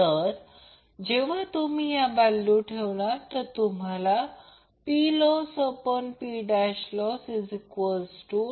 आता जर समीकरण 1 समीकरण 2 केले तर आपल्याला PLoss PLoss 2 R R मिळेल फक्त हे केले की ते मिळेल